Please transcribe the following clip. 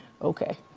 okay